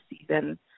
season